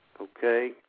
Okay